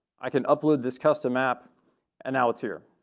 i can upload this custom app and now it's here.